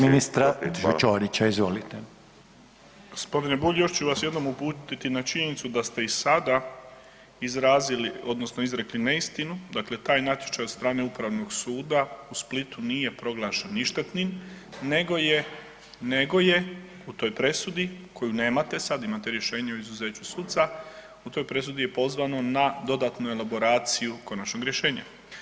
Gospodine Bulj još ću vas jednom uputiti na činjenicu da ste i sada izrazili odnosno izrekli neistinu dakle taj natječaj od strane Upravnog suda u Splitu nije proglašen ništetnim nego je, nego je u toj presudi koju nemate sad imate rješenje o izuzeću suca, u toj presudi je pozvano na dodatno elaboraciju konačnog rješenja.